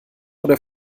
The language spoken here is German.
oder